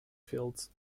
fields